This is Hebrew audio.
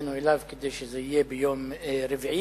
שהפנינו אליו כדי שזה יהיה ביום רביעי.